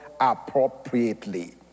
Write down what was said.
appropriately